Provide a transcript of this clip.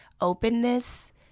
openness